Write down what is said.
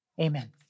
Amen